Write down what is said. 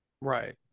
Right